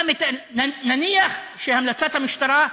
נניח שהמלצת המשטרה: